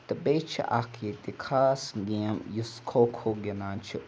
تہٕ بیٚیہِ چھِ اَکھ ییٚتہِ خاص گیم یُس کھو کھو گِنٛدان چھِ